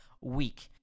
week